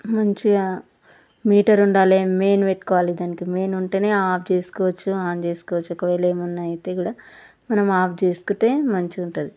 మంచిగా మీటరు ఉండాలి మెయిన్ పెట్టుకోవాలి దానికి మెయిన్ ఉంటే ఆఫ్ చుసుకోవచ్చు ఆన్ చేసుకోవచ్చు ఒకవేళ ఏమయినా అయితే కూడా మనం ఆఫ్ చేసుకుంటే మంచిగ ఉంటుంది